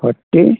forty